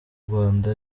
rwanda